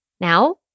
Now